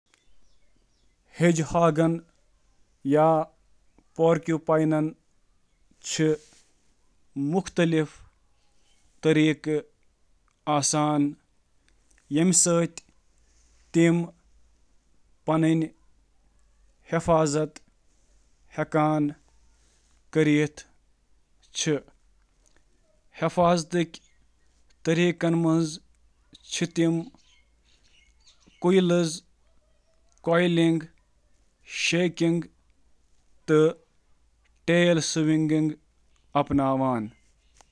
Porcupine تہٕ hedgehog چِھ پنن پان شکارین نش بچاونہٕ خاطرٕ مختلف دفاعی طریقہٕ کار استعمال کران، یتھ منٛز شٲمل: کوئلز تہٕ سپاینز، گند، رنگ تہٕ باقی۔